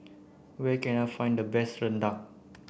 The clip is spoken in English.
where can I find the best Rendang